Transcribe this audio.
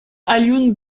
alioune